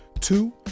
Two